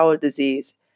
disease